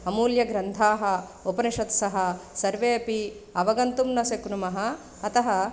अमूल्यग्रन्थाः उपनिषत्सु सर्वे अपि अवगन्तुं न शक्नुमः अतः